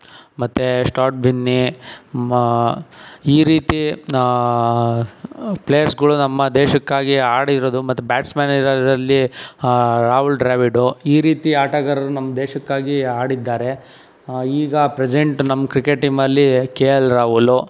ಮತ್ತೆ ಸ್ಟಾರ್ಟ್ ಬಿನ್ನಿ ಮ ಈ ರೀತಿ ಪ್ಲೇಯರ್ಸ್ಗಳು ನಮ್ಮ ದೇಶಕ್ಕಾಗಿ ಆಡಿರೋದು ಮತ್ತೆ ಬ್ಯಾಟ್ಸ್ಮ್ಯಾನ್ ಇರೋದ್ರಲ್ಲಿ ರಾಹುಲ್ ದ್ರಾವಿಡ್ ಈ ರೀತಿ ಆಟಗಾರರು ನಮ್ಮ ದೇಶಕ್ಕಾಗಿ ಆಡಿದ್ದಾರೆ ಈಗ ಪ್ರೆಸೆಂಟ್ ನಮ್ಮ ಕ್ರಿಕೆಟ್ ಟೀಮಲ್ಲಿ ಕೆ ಎಲ್ ರಾಹುಲ್